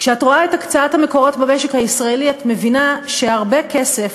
כשאת רואה את הקצאת המקורות במשק הישראלי את מבינה שהרבה כסף,